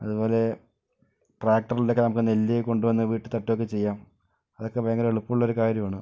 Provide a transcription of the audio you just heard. അതുപോലെ ട്രാക്ടർലൊക്കെ നമക്ക് നെല്ല് കൊണ്ട് വന്ന് വീട്ടിൽ തട്ടുവൊക്കെ ചെയ്യാം അതൊക്കെ ഭയങ്കര എളുപ്പൊള്ളൊരു കാര്യമാണ്